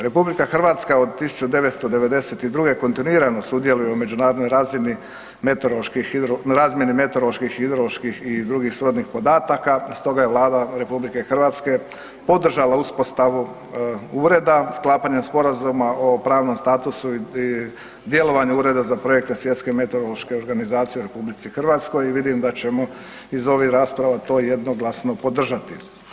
RH od 1992. kontinuirano sudjeluje na međunarodnoj razmjeni meteoroloških i hidroloških i drugih srodnih podataka stoga je Vlada RH podržala uspostavu ureda, sklapanja sporazuma o pravnom statusu i djelovanju Ureda za projekte Svjetske meteorološke organizacije u RH i vidim da ćemo iz ovih rasprava to jednoglasno podržati.